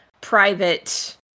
private